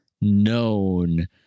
known